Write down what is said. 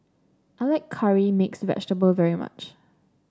I like curry mix vegetable very much